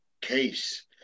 case